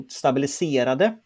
stabiliserade